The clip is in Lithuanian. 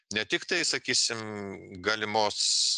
ne tiktai sakysim galimos